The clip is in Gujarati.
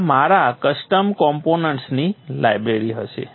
આ મારા કસ્ટમ કોમ્પોનન્ટ્સની લાઇબ્રેરી હશે